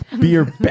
beer